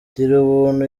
girubuntu